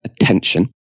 attention